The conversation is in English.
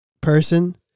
person